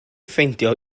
ffeindio